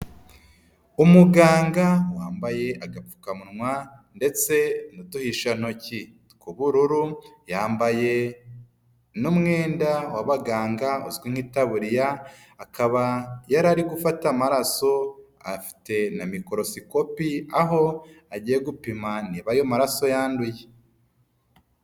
Umuganga wambaye agapfukamunwa ndetse n'uduhishantoki tw'ubururu ,yambaye n'umwenda w'abaganga uzwi nk'itaburiya, akaba yari ari gufata amaraso, afite na mikorosikopi aho agiye gupima niba ayo maraso yanduye.